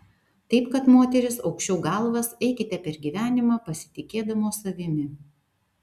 taip kad moterys aukščiau galvas eikite per gyvenimą pasitikėdamos savimi